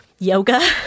Yoga